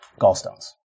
gallstones